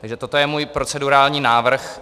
Takže toto je můj procedurální návrh.